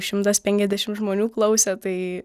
šimtas penkiasdešimt žmonių klausė tai